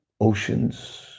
Oceans